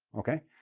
okay?